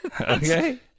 Okay